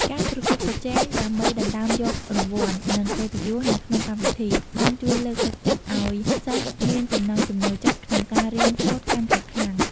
ការប្រកួតប្រជែងដើម្បីដណ្ដើមយករង្វាន់ និងកិត្តិយសនៅក្នុងកម្មវិធី បានជួយលើកទឹកចិត្តឲ្យសិស្សមានចំណង់ចំណូលចិត្តក្នុងការរៀនសូត្រកាន់តែខ្លាំង។